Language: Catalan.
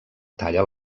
talla